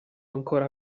ancora